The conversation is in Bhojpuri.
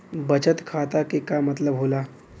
बचत खाता के का मतलब होला?